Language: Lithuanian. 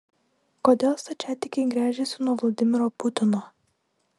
kodėl stačiatikiai gręžiasi nuo vladimiro putino